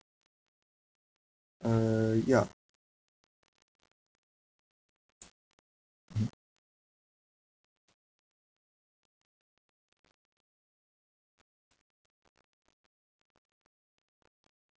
uh ya mm